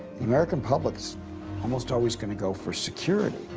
the american public almost always gonna go for security.